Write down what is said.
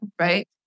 right